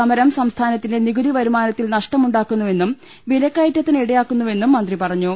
സമരം സംസ്ഥാനത്തിന്റെ നികുതി വരുമാനത്തിൽ നഷ്ടമുണ്ടാക്കുന്നുവെന്നും വിലക്കയറ്റത്തിന് ഇട യാക്കുന്നുവെന്നും മന്ത്രി പറഞ്ഞു